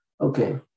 okay